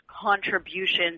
contributions